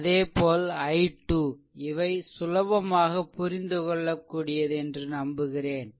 அதேபோல i 2 இவை சுலபமாக புரிந்துகொள்ளக்கூடியது என்று நம்புகிறேன்